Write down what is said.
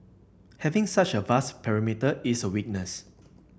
having such a vast perimeter is a weakness